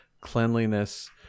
cleanliness